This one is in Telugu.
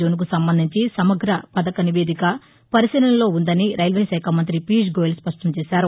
జోన్కు సంబంధించి సమగ్ర పథక నివేదిక పరిశీలనలో ఉందని రైల్వేశాఖ మంత్రి పియూష్ గోయల్ స్పష్టంచేశారు